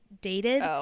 dated